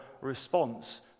response